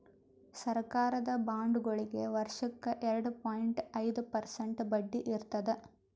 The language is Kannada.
ಸರಕಾರದ ಬಾಂಡ್ಗೊಳಿಗ್ ವರ್ಷಕ್ಕ್ ಎರಡ ಪಾಯಿಂಟ್ ಐದ್ ಪರ್ಸೆಂಟ್ ಬಡ್ಡಿ ಇರ್ತದ್